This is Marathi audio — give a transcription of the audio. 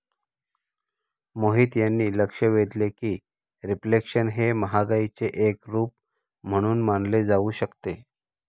मोहित यांनी लक्ष वेधले की रिफ्लेशन हे महागाईचे एक रूप म्हणून मानले जाऊ शकते